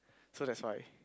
so that's why